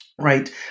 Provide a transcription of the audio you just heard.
right